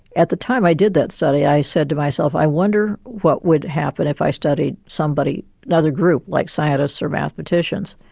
at the time i did that study i said to myself i wonder what would happen if i studied somebody, another group like scientists or mathematicians